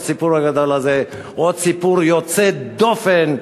הסיפור הגדול הזה עוד סיפור יוצא דופן,